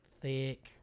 thick